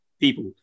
people